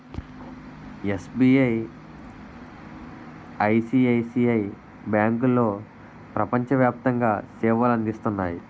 SBI, ICICI బ్యాంకులో ప్రపంచ వ్యాప్తంగా సేవలు అందిస్తున్నాయి